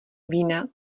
vína